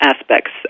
aspects